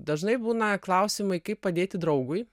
dažnai būna klausimai kaip padėti draugui